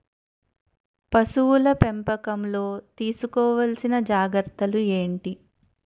పశువుల పెంపకంలో తీసుకోవల్సిన జాగ్రత్త లు ఏంటి?